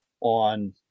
on